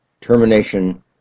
termination